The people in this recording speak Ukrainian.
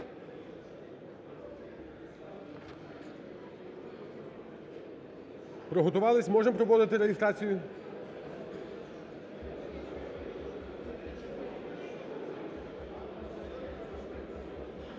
Приготувались? Можемо проводити реєстрацію?